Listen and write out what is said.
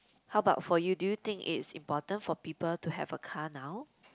how about for you do you think it's important for people to have a car now